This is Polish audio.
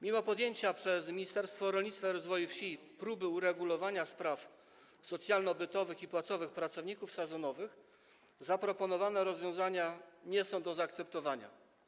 Mimo podjęcia przez Ministerstwo Rolnictwa i Rozwoju Wsi próby uregulowania spraw socjalno-bytowych i płacowych pracowników sezonowych zaproponowane rozwiązania nie są do zaakceptowania.